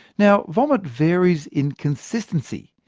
now vomit varies in consistency,